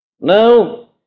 Now